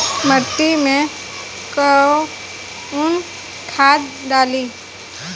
माटी में कोउन खाद डाली?